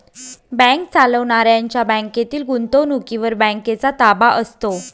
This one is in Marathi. बँक चालवणाऱ्यांच्या बँकेतील गुंतवणुकीवर बँकेचा ताबा असतो